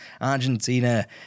Argentina